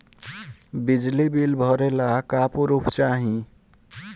बिजली बिल भरे ला का पुर्फ चाही?